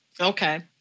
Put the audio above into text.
Okay